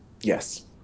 Yes